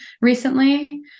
recently